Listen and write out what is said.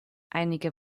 einige